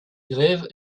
grave